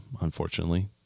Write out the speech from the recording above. unfortunately